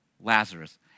Lazarus